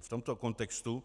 V tomto kontextu